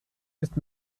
ist